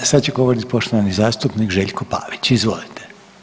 Sad će govorit poštovani zastupnik Željko Pavić, izvolite.